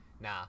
Nah